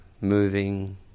moving